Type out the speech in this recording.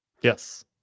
Yes